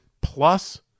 plus